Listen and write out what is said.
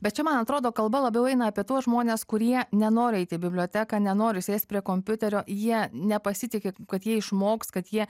bet čia man atrodo kalba labiau eina apie tuos žmones kurie nenori eit į biblioteką nenori sėst prie kompiuterio jie nepasitiki kad jie išmoks kad jie